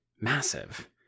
massive